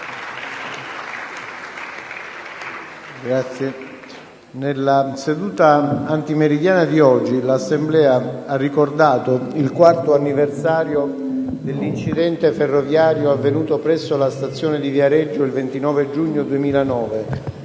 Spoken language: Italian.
Nella seduta antimeridiana di oggi l'Assemblea ha ricordato il 4° anniversario dell'incidente ferroviario avvenuto presso la stazione di Viareggio il 29 giugno 2009, nel